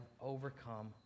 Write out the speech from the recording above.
overcome